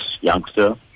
youngster